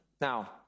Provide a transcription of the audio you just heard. Now